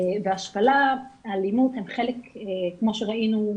והשפלה, האלימות כמו שראינו,